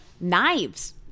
knives